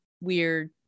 weird